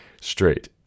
straight